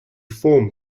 form